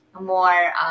more